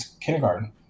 kindergarten